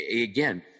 again